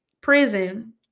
prison